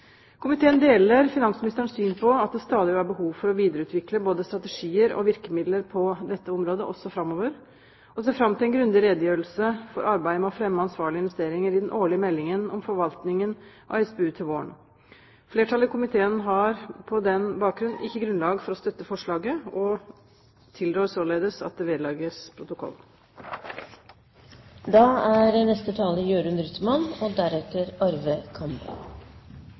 Komiteen deler finansministerens syn på at det stadig vil være behov for å videreutvikle både strategier og virkemidler på dette området også framover, og ser fram til en grundig redegjørelse for arbeidet med å fremme ansvarlige investeringer i den årlige meldingen om forvaltningen av SPU til våren. Flertallet i komiteen har på denne bakgrunn ikke grunnlag for å støtte forslaget og tilrår således at det vedlegges